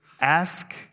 ask